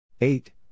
Eight